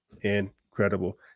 incredible